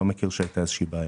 לא מכיר שהיתה בעיה.